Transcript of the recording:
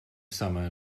summer